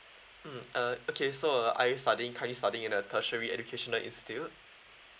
mm uh okay so are you studying currently studying in a tertiary educational institute